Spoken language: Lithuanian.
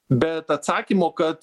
bet atsakymo kad